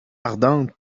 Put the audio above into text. ardente